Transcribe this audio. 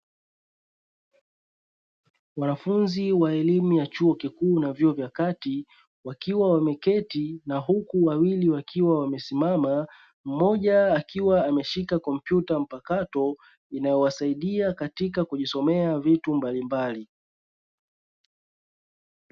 Wanafunzi wa elimu ya chuo kikuu na vyuo vya kati wakiwa wameketi na huku wawili wakiwa wamesimama, mmoja akiwa ameshika kompyuta mpakato inayowasaidia katika kujisomea vitu mbalimbali.